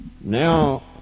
Now